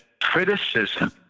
criticism